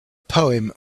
poem